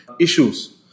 issues